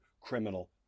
criminal